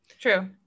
true